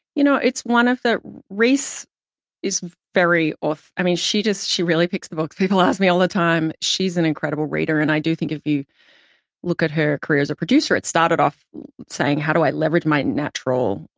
you know, it's one of that reese is very, i mean, she just, she really picks the books. people ask me all the time. she's an incredible reader. and i do think if you look at her career as a producer, it started off saying, how do i leverage my natural,